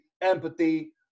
empathy